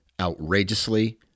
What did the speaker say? outrageously